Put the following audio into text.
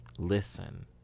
listen